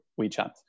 WeChat